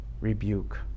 rebuke